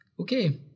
Okay